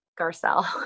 Garcelle